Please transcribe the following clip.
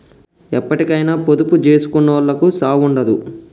ఎప్పటికైనా పొదుపు జేసుకునోళ్లకు సావుండదు